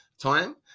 time